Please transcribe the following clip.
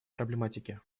проблематике